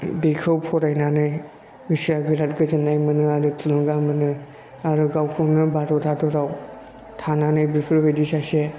बेखौ फरायनानै गोसोया बिरात गोजोननाय मोनो आरो थुलुंगा मोनो आरो गावखौनो भारत हादराव थानानै बेफोरबायदि सासे